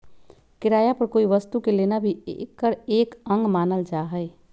किराया पर कोई वस्तु के लेना भी एकर एक अंग मानल जाहई